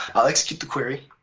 i'll execute the query.